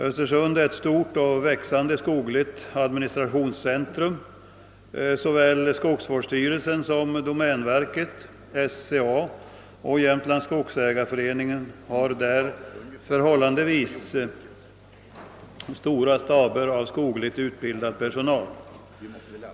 Östersund är ett stort och växande skogligt administrativt centrum. Skogsvårdsstyrelsen, domänverket, SCA och Jämtlands skogsägareförening har där förhållandevis stora staber av skogligt utbildad personal.